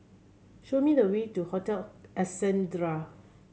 show me the way to Hotel Ascendere